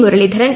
Muraleedharan